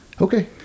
okay